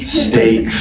steak